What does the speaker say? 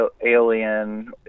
alien